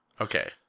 Okay